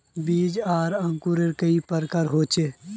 बीज आर अंकूर कई प्रकार होचे?